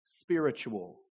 spiritual